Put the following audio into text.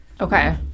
okay